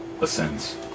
Ascends